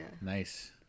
Nice